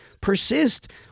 persist